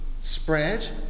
spread